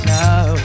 now